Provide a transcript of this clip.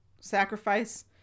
sacrifice